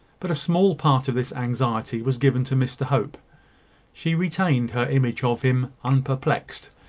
but a small part of this anxiety was given to mr hope she retained her image of him unperplexed,